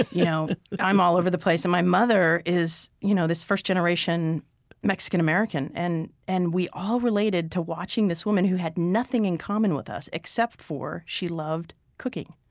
ah you know i'm all over the place and my mother is you know this first-generation mexican-american. and and we all related to watching this woman who had nothing in common with us except for she loved cooking